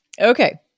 Okay